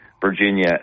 Virginia